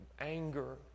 anger